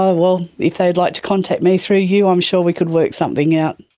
ah well, if they'd like to contact me through you i'm sure we could work something out.